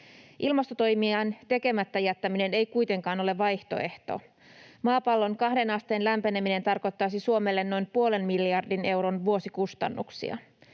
Ilmastotoimien tekemättä jättäminen ei kuitenkaan ole vaihtoehto. Maapallon 2 asteen lämpeneminen tarkoittaisi Suomelle noin puolen miljardin euron vuosikustannuksia.